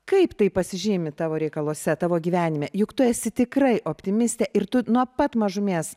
kaip tai pasižymi tavo reikaluose tavo gyvenime juk tu esi tikrai optimistė ir tu nuo pat mažumės